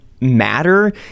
Matter